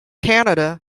canada